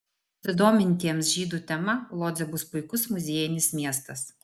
besidomintiems žydų tema lodzė bus puikus muziejinis miestas